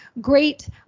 great